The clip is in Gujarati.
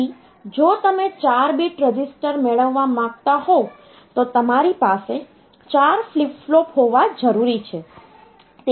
તેથી જો તમે 4 બીટ રજીસ્ટર મેળવવા માંગતા હોવ તો તમારી પાસે 4 ફ્લિપ ફ્લોપ હોવા જરૂરી છે